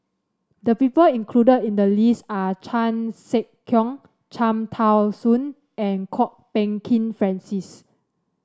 the people included in the list are Chan Sek Keong Cham Tao Soon and Kwok Peng Kin Francis